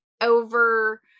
over